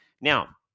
Now